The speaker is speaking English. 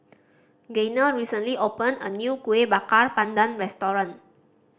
Gaynell recently opened a new Kueh Bakar Pandan restaurant